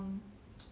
mm